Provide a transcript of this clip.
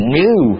new